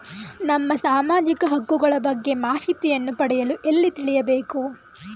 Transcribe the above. ನಮ್ಮ ಸಾಮಾಜಿಕ ಹಕ್ಕುಗಳ ಬಗ್ಗೆ ಮಾಹಿತಿಯನ್ನು ಪಡೆಯಲು ಎಲ್ಲಿ ತಿಳಿಯಬೇಕು?